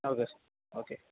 okay madam okay